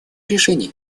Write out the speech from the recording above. решения